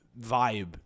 vibe